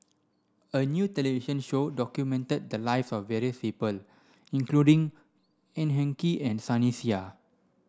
a new television show documented the lives of various people including Ng Eng Kee and Sunny Sia